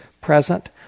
present